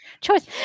choice